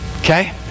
Okay